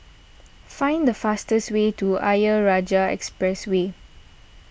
find the fastest way to Ayer Rajah Expressway